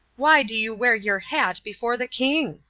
why do you wear your hat before the king?